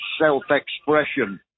self-expression